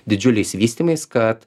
didžiuliais vystymais kad